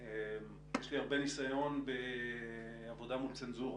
יש לי הרבה ניסיון בעבודה מול צנזורה.